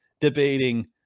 debating